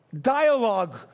dialogue